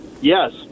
Yes